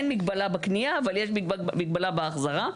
אין מגבלה בקנייה אבל יש מגבלה בהחזרה.